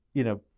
you know,